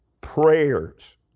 prayers